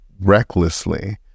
recklessly